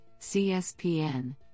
CSPN